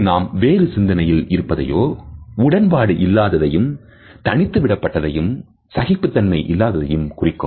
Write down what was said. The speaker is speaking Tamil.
அது நாம் வேறு சிந்தனையில் இருப்பதையோ உடன்பாடு இல்லாததையும் தனித்து விடப்பட்ட தையோ சகிப்புத் தன்மை இல்லாததை குறிக்கும்